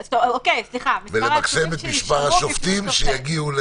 וכדי לצמצם ככל האפשר את הפגיעה